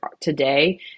today